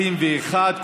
21,